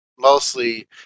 Mostly